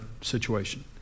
situation